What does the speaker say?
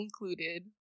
included